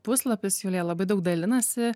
puslapis julija labai daug dalinasi